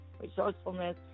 resourcefulness